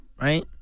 Right